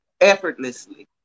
effortlessly